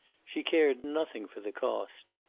she cared nothing for the cost.